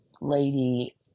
lady